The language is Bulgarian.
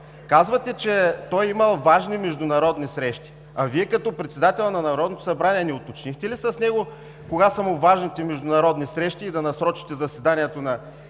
Казвате, че имал важни международни срещи. А Вие като председател на Народното събрание не уточнихте ли с него кога са му важните международни срещи, та да насрочите извънредното